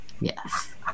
Yes